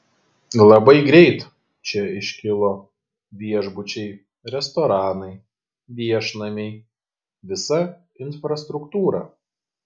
labai greit čia iškilo viešbučiai restoranai viešnamiai visa infrastruktūra